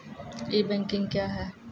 ई banking क्या हैं?